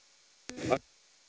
arvoisa